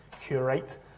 curate